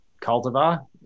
cultivar